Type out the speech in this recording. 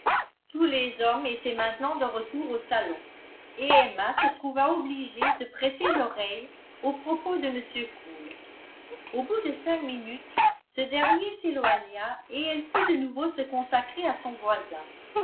tous les hommes étaient maintenant de retour au salon et emma se trouva obligée de prêter l'oreille aux propos de m cole au bout de cinq minutes ce dernier s'éloigna et elle put de nouveau se consacrer à son voisin